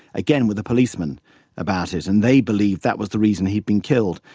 again, with a policeman about it and they believe that was the reason he'd been killed.